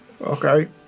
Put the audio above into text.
Okay